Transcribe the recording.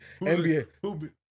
NBA